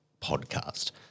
podcast